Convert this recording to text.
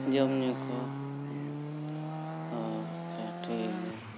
ᱡᱚᱢ ᱧᱩ ᱠᱚ ᱟᱪᱪᱷᱟ ᱴᱷᱤᱠ ᱜᱮᱭᱟ